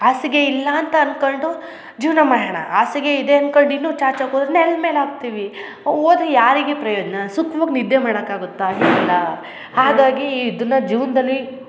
ಹಾಸಿಗೆ ಇಲ್ಲ ಅಂತ ಅನ್ಕೊಂಡು ಜೀವನ ಮಾಡೋಣ ಹಾಸಿಗೆ ಇದೆ ಅನ್ಕಂಡು ಇನ್ನೂ ಚಾಚೋಕ್ಕೆ ಹೋದರೆ ನೆಲ್ದ ಮ್ಯಾಲೆ ಹೋಗ್ತೀವಿ ಹೋದ್ರೆ ಯಾರಿಗೆ ಪ್ರಯೋಜನ ಸುಖ್ವಾಗಿ ನಿದ್ದೆ ಮಾಡಕ್ಕೆ ಆಗುತ್ತಾ ಇಲ್ಲ ಹಾಗಾಗಿ ಇದನ್ನು ಜೀವನದಲ್ಲಿ